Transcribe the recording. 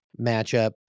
matchup